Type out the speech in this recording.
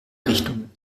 richtungen